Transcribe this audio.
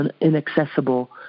inaccessible